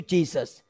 Jesus